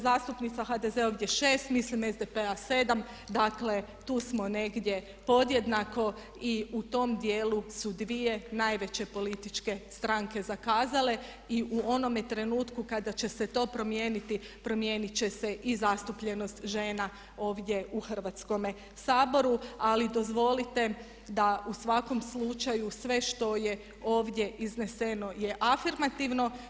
Zastupnica HDZ-a je ovdje 6, mislim SDP-a 7, dakle tu smo negdje podjednako i u tom djelu su dvije najveće političke stranke zakazale i u onome trenutku kada će se to promijeniti, promijeniti će se i zastupljenost žena ovdje u Hrvatskome saboru ali dozvolite da u svakom slučaju sve što je ovdje izneseno je afirmativno.